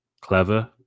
clever